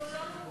שהוא לא מומחה.